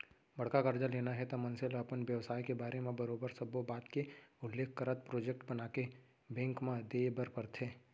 बड़का करजा लेना हे त मनसे ल अपन बेवसाय के बारे म बरोबर सब्बो बात के उल्लेख करत प्रोजेक्ट बनाके बेंक म देय बर परथे